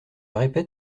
répète